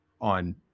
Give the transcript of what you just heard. on